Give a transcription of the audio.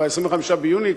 ב-25 ביוני,